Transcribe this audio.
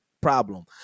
problem